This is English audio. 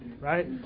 Right